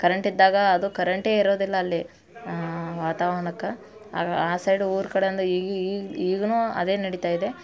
ಕರೆಂಟಿದ್ದಾಗ ಅದು ಕರೆಂಟೇ ಇರೋದಿಲ್ಲ ಅಲ್ಲಿ ವಾತಾವರ್ಣಕ್ಕೆ ಆ ಆ ಸೈಡು ಊರ ಕಡೆಯಿಂದ ಈಗ್ಲೂ ಅದೇ ನಡಿತಾ ಇದೆ